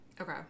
Okay